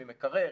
עם מקרר,